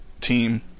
team